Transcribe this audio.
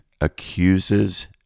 accuses